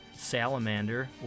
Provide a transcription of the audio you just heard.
salamander